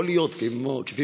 יכול להיות, כפי